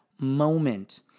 moment